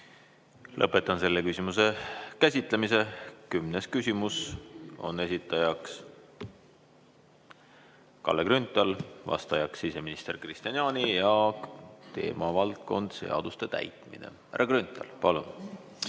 Lõpetan selle küsimuse käsitlemise. Kümnes küsimus: esitajaks on Kalle Grünthal, vastajaks siseminister Kristian Jaani ja teemavaldkond on seaduste täitmine. Härra Grünthal, palun!